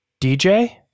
DJ